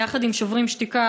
יחד עם שוברים שתיקה,